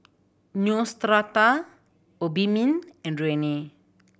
Neostrata Obimin and Rene